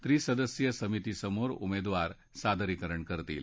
त्रिसदस्यीय समितीसमोर उमेदवार सादरीकरण करतील